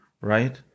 right